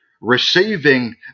receiving